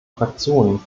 fraktionen